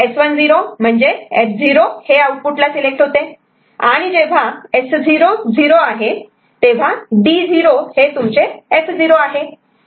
S1 0 म्हणजे F0 हे आउटपुटला सिलेक्ट होते आणि जेव्हा S0 0 आहे तेव्हा D0 हे तुमचे F0 आहे